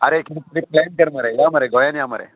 आरे किदें प्लॅन कर मरे यो मरे गोंयान यो मरे